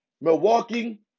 Milwaukee